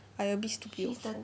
I a bit stupid also